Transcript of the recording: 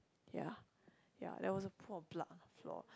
yeah yeah there was a pool of blood on the floor